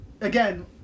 Again